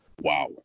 Wow